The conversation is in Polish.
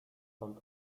stąd